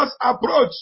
approach